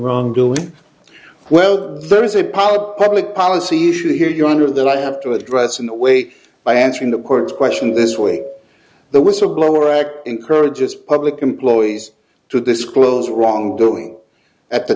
wrongdoing well there is a problem public policy issue here your honor that i have to address in that way by answering the court's question this way the whistleblower act encourages public employees to disclose wrongdoing at the